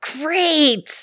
great